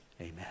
Amen